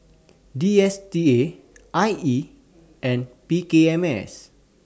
D S T A I E and P K M S